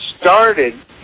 started